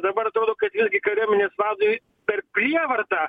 dabar atrodo kad irgi kariuomenės vadui per prievartą